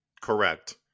Correct